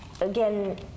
again